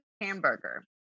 hamburger